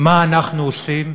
מה אנחנו עושים